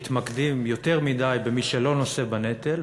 מתמקדים יותר מדי במי שלא נושא בנטל,